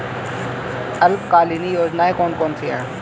अल्पकालीन योजनाएं कौन कौन सी हैं?